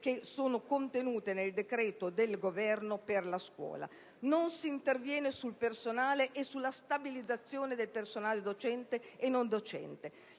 scelte contenute nel decreto-legge del Governo per la scuola. Non si interviene sul personale e sulla stabilizzazione del personale docente e non docente.